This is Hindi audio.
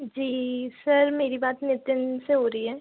जी सर मेरी बात नितिन से हो रही है